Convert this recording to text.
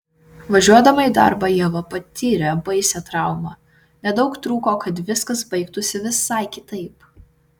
važiuodama į darbą ieva patyrė baisią traumą nedaug trūko kad viskas baigtųsi visai kitaip